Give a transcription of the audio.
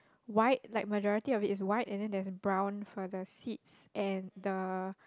white like majority of it's white and there is brown for the seats and the